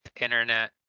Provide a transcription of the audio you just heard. internet